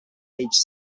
age